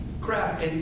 Crap